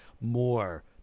more